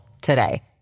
today